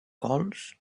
cols